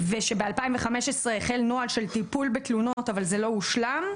ושב-2015 החל נוהל של טיפול בתלונות אבל זה לא הושלם,